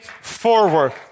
forward